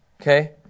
okay